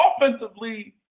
Offensively